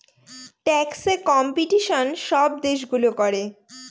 ট্যাক্সে কম্পিটিশন সব দেশগুলো করে